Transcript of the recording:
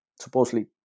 supposedly